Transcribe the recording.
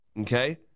okay